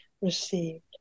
received